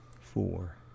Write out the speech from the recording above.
four